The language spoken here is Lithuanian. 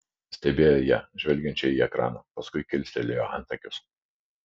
stebėjo ją žvelgiančią į ekraną paskui kilstelėjo antakius